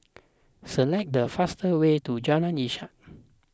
select the fastest way to Jalan Ishak